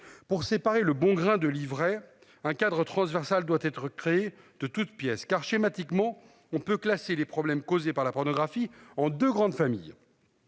Pour séparer le bon grain de l'ivraie. Un cadre transversale doit être créée de toutes pièces car schématiquement on peut classer les problèmes causés par la pornographie en 2 grandes familles.